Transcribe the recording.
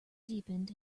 deepened